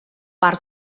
per